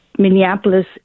Minneapolis